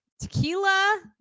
Tequila